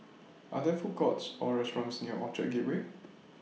Are There Food Courts Or restaurants near Orchard Gateway